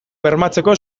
bermatzeko